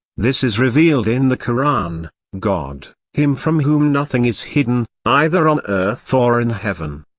this is revealed in the koran god him from whom nothing is hidden, either on earth or in heaven.